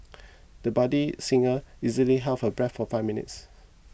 the budding singer easily held her breath for five minutes